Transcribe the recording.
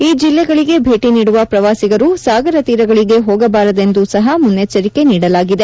ಈ ಜಲ್ಲೆಗಳಗೆ ಭೇಟಿ ನೀಡುವ ಪ್ರವಾಸಿಗರು ಸಾಗರ ತೀರಗಳಿಗೆ ಹೋಗಬಾರದೆಂದು ಸಹ ಮುನ್ನೆಚ್ಚರಿಕೆ ನೀಡಲಾಗಿದೆ